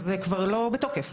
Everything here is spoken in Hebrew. זה כבר לא בתוקף.